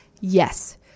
Yes